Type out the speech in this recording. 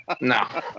No